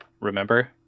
remember